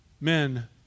men